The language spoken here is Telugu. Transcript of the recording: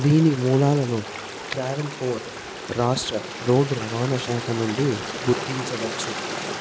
దీని మూలాలను ట్రావెన్కోర్ రాష్ట్ర రోడ్డు రవాణా శాఖ నుండి గుర్తించవచ్చు